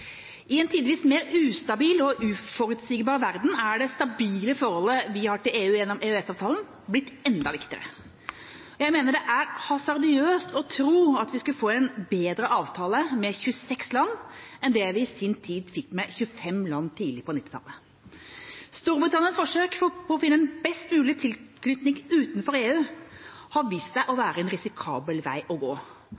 I en tidvis mer ustabil og uforutsigbar verden er det stabile forholdet vi har til EU gjennom EØS-avtalen, blitt enda viktigere. Jeg mener det er hasardiøst å tro at vi skulle få en bedre avtale med 26 land enn det vi i sin tid fikk med 25 land tidlig på 1990-tallet. Storbritannias forsøk på å finne en best mulig tilknytning utenfor EU har vist seg å